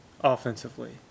offensively